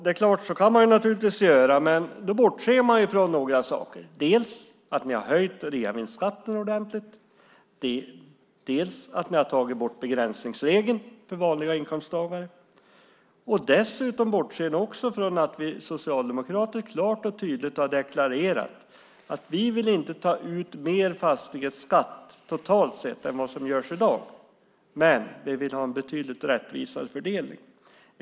Det är klart att man kan göra det, men då bortser man från några saker: dels att ni har höjt reavinstskatten ordentligt, dels att ni har tagit bort begränsningsregeln för vanliga inkomsttagare. Dessutom bortser ni från att vi socialdemokrater klart och tydligt har deklarerat att vi inte vill ta ut mer i fastighetsskatt totalt sett än vad som görs i dag. Men vi vill ha en betydligt rättvisare fördelning.